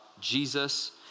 Jesus